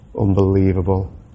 unbelievable